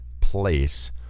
place